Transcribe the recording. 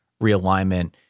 realignment